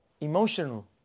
Emotional